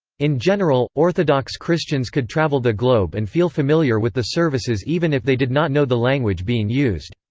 in general, orthodox christians could travel the globe and feel familiar with the services even if they did not know the language being used.